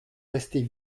rester